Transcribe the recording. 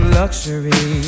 luxury